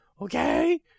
Okay